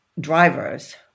drivers